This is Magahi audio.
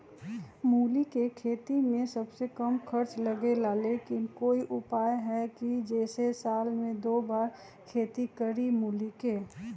मूली के खेती में सबसे कम खर्च लगेला लेकिन कोई उपाय है कि जेसे साल में दो बार खेती करी मूली के?